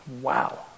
wow